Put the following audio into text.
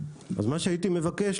אז מה שהייתי מבקשה,